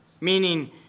Meaning